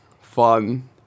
fun